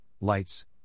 lights